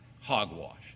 Hogwash